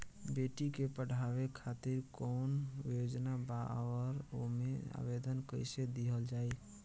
बेटी के पढ़ावें खातिर कौन योजना बा और ओ मे आवेदन कैसे दिहल जायी?